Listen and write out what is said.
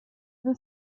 wir